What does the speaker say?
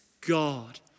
God